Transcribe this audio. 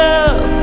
up